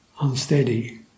unsteady